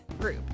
group